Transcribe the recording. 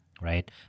Right